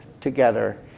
together